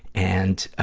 and,